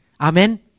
Amen